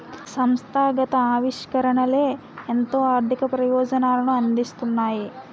సంస్థాగత ఆవిష్కరణలే ఎంతో ఆర్థిక ప్రయోజనాలను అందిస్తున్నాయి